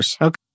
Okay